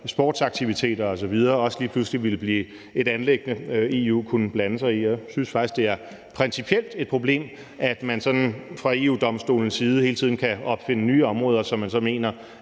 sportsaktiviteter osv. også lige pludselig ville blive et anliggende, som EU kunne blande sig i. Og jeg synes faktisk, det principielt er et problem, at man sådan fra EU-Domstolens side hele tiden kan opfinde nye områder, som man så mener